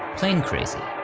plane crazy.